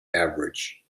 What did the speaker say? average